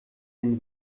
den